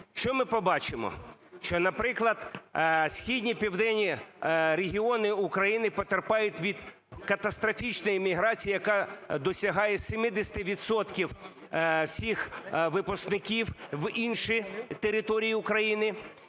Що ми побачимо? Що, наприклад, східні, південні регіони України потерпають від катастрофічної міграції, яка досягає 70 відсотків всіх випускників, в інші території України.